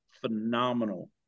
phenomenal